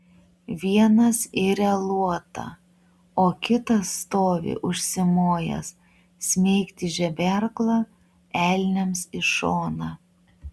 vienas iria luotą o kitas stovi užsimojęs smeigti žeberklą elniams į šoną